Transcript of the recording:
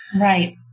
Right